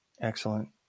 Excellent